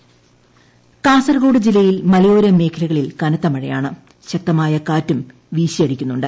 കാസർകോഡ് മഴ കാസർകോട് ജില്ലയിൽ മലയോര മേഖലകളിൽ കനത്ത മഴയാണ് ശക്തമായ കാറ്റും വീശിയ്ടിക്കുന്നുണ്ട്